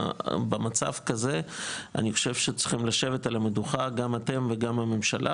במצב כזה אני חושב שצריכים לשבת על המדוכה גם אתם וגם הממשלה